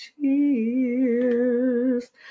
cheers